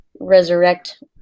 resurrect